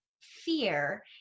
fear